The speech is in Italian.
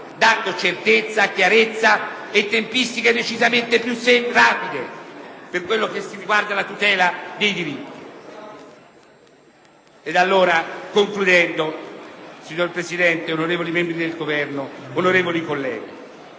dando certezza, chiarezza e tempistiche decisamente più pratiche per la tutela dei diritti. Concludendo, signor Presidente, onorevoli membri del Governo, onorevoli colleghi,